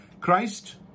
Christ